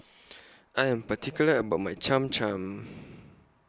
I Am particular about My Cham Cham